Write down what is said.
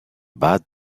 bad